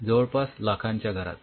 जवळपास लाखाच्या घरात